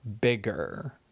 bigger